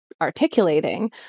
articulating